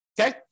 okay